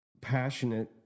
passionate